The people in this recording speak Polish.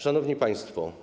Szanowni Państwo!